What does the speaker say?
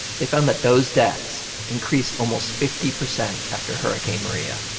they found that those deaths increased almost fifty percent after hurricane maria